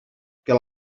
que